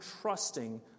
trusting